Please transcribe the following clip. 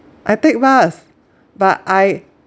I take bus but I